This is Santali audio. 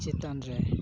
ᱪᱮᱛᱟᱱ ᱨᱮ